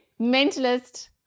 Mentalist